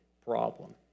problem